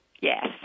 Yes